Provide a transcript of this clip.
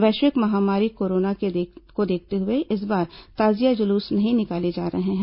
वैश्विक महामारी कोरोना को देखते हुए इस बार ताजिया जुलूस नहीं निकाले जा रहे हैं